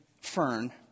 fern